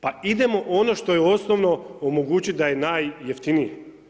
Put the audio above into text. Pa idemo ono što je osnovno omogućiti da je najjeftinije.